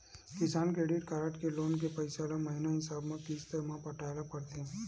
किसान credit card के loan के पइसा ल महिना हिसाब म किस्त म पटाए ल परथे